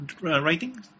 writing